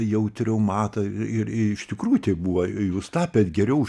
jautriau mato ir iš tikrųjų taip buvo jūs tapėt geriau už